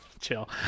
Chill